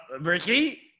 Ricky